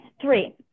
three